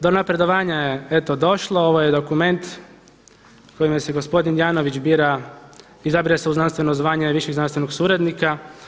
Do napredovanja je eto došlo, ovo je dokument kojime se gospodin Janović bira, izabire se u znanstveno zvanje višeg znanstvenog suradnika.